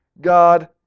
God